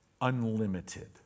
Unlimited